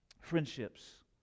friendships